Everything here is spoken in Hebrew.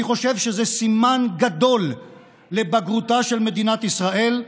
אני חושב שזה סימן גדול לבגרותה של מדינת ישראל,